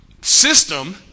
system